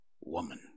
Woman